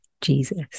Jesus